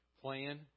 plan